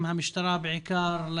בעיקר המשטרה,